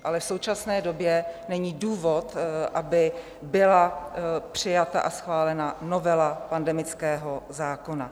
Ale v současné době není důvod, aby byla přijata a schválena novela pandemického zákona.